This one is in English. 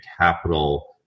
capital